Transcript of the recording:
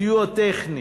סיוע טכני,